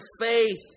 faith